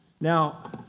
Now